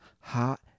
hot